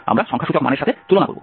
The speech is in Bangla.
আমরা সংখ্যাসূচক মানের সাথে তুলনা করব